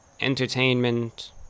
entertainment